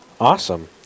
Awesome